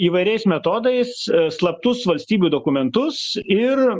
įvairiais metodais slaptus valstybių dokumentus ir